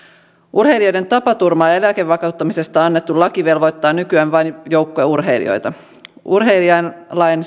urheilijoiden tapaturma ja eläkevakuuttamisesta annettu laki velvoittaa nykyään vain joukkueurheilijoita urheilijan